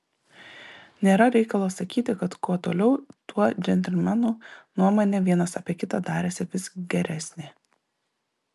nėra reikalo sakyti kad kuo toliau tuo džentelmenų nuomonė vienas apie kitą darėsi vis geresnė